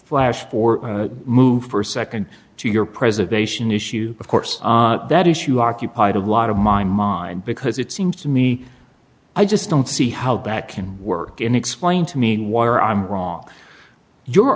flash for move for nd to your preservation issue of course that issue occupied a lot of my mind because it seems to me i just don't see how that can work in explain to me water i'm wrong your